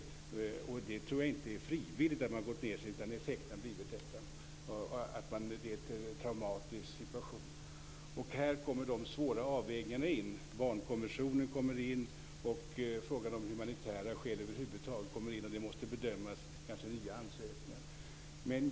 Jag tror inte att man har gjort det frivilligt, utan det har uppstått en sådan effekt i en traumatisk situation. Här kommer de svåra avvägningarna in. Barnkonventionen och över huvud taget frågan om humanitära skäl kommer in i bilden. Detta måste kanske bedömas via ansökningar.